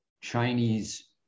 Chinese